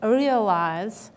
realize